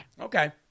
Okay